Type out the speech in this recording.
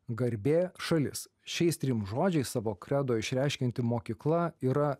garbė šalis šiais trim žodžiais savo kredo išreiškianti mokykla yra